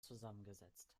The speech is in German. zusammengesetzt